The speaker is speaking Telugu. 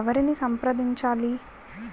ఎవరిని సంప్రదించాలి?